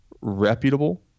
reputable